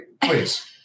please